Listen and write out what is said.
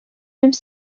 même